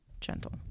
gentle